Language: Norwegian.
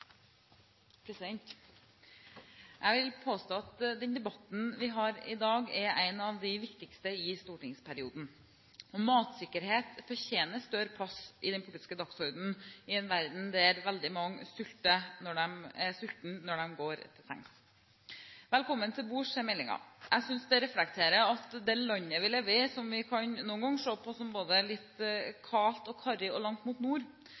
en av de viktigste i stortingsperioden. Matsikkerhet fortjener større plass på den politiske dagsordenen, i en verden der veldig mange er sultne når de går til sengs. «Velkommen til bords», sier meldingen. Jeg synes det reflekterer at det landet vi lever i, som vi noen ganger kan se på som litt kaldt og karrig og langt mot nord,